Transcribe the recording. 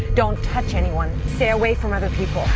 don't touch anyone. stay away from other people